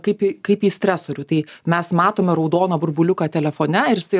kaip į kaip į stresorių tai mes matome raudoną burbuliuką telefone ir jisai